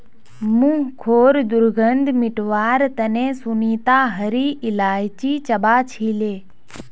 मुँहखैर दुर्गंध मिटवार तने सुनीता हरी इलायची चबा छीले